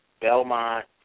Belmont